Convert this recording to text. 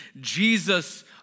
Jesus